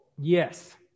Yes